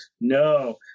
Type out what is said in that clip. No